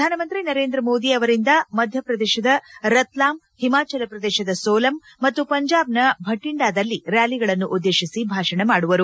ಪ್ರಧಾನಮಂತ್ರಿ ನರೇಂದ್ರ ಮೋದಿ ಅವರಿಂದ ಮಧ್ಯ ಪ್ರದೇಶದ ರತ್ಲಾಮ್ ಹಿಮಾಚಲ ಪ್ರದೇಶದ ಸೋಲಂ ಮತ್ತು ಪಂಜಾಬ್ನ ಭಟಂಡಾದಲ್ಲಿ ರ್ನಾಲಿಗಳನ್ನು ಉದ್ದೇತಿಸಿ ಭಾಷಣ ಮಾಡುವರು